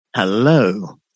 Hello